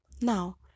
Now